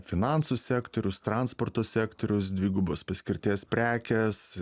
finansų sektorius transporto sektorius dvigubos paskirties prekės